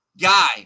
guy